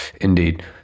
Indeed